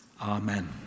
Amen